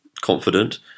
confident